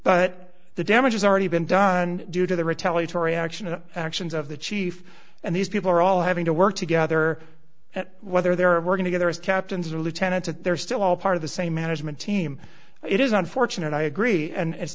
but the damage has already been done due to the retaliatory action and actions of the chief and these people are all having to work together at whether there are working together as captains and lieutenants and they're still all part of the same management team it is unfortunate i agree and it's